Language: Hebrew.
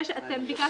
אתם ביקשתם,